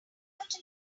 night